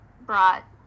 brought